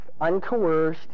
uncoerced